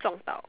撞到